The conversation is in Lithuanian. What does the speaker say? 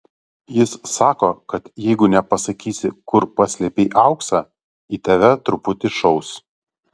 jis sako kad jeigu nepasakysi kur paslėpei auksą į tave truputį šaus